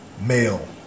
male